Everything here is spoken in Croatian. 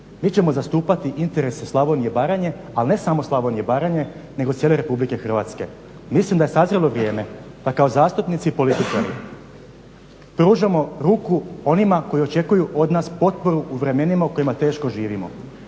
Mi ćemo zastupati interese Slavonije i Baranje, ali ne samo Slavonije i Baranje, nego cijele RH. Mislim da je sazrjelo vrijeme pa kao zastupnici i političari pružamo ruku onima koji očekuju od nas potporu u vremenima u kojima teško živimo.